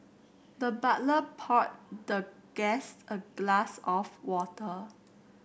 the butler poured the guest a glass of water